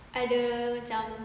ada ada macam